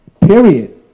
Period